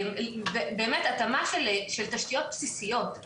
באמת התאמה של תשתיות בסיסיות.